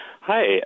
Hi